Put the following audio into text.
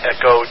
Echo